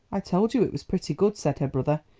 i told you it was pretty good, said her brother.